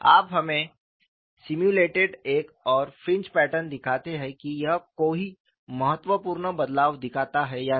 आप हमें सिम्युलेटेड एक और फ्रिंज पैटर्न दिखाते हैं कि यह कोई महत्वपूर्ण बदलाव दिखाता है या नहीं